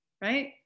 Right